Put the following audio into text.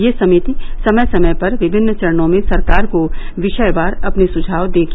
यह समिति समय समय पर विभिन्न चरणों में सरकार को विषयवार अपने सुझाव देगी